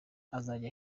azajya